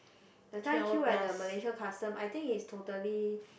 that time queue at the Malaysia custom I think it's totally